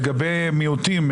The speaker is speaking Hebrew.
לגבי מיעוטים,